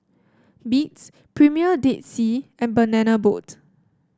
Beats Premier Dead Sea and Banana Boat